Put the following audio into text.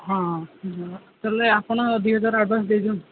ହଁ ତା'ହେଲେ ଆପଣ ଦୁଇହଜାର ଆଡ଼ଭାନ୍ସ୍ ଦେଇ ଦିଅନ୍ତୁ